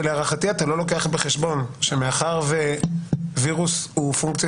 רציתי רק להגיד שלהערכתי אתה לא לוקח בחשבון שמאחר ווירוס הוא פונקציה